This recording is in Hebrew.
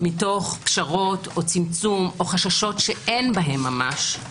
מתוך פשרות או צמצום או חששות שאין בהם ממש,